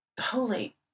holy